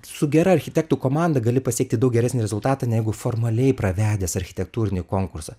su gera architektų komanda gali pasiekti daug geresnį rezultatą negu formaliai pravedęs architektūrinį konkursą